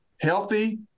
healthy